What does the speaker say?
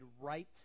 right